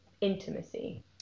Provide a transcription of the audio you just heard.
intimacy